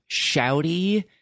shouty